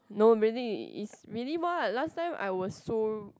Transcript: nobody is really what last time I was so